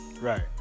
Right